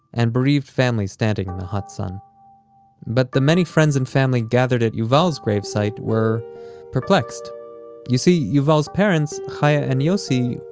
and bereaved families standing in the hot sun but the many friends and family gathered at yuval's grave site were perplexed you see, yuval's parents, chaya and yossi,